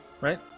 right